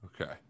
okay